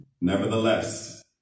Nevertheless